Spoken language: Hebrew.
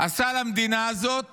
שעשה למדינה הזאת